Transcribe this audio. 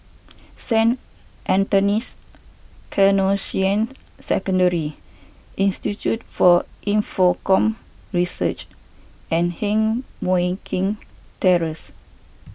Saint Anthony's Canossian Secondary Institute for Infocomm Research and Heng Mui Keng Terrace